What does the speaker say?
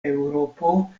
eŭropo